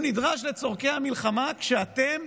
הוא נדרש לצורכי המלחמה כשאתם